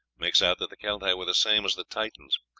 makes out that the celtae were the same as the titans,